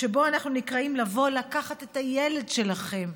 שבו אנחנו נקראים לבוא "לקחת את הילד שלכם",